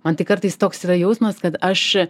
man tai kartais toks jausmas kad aš